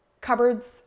cupboards